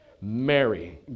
Mary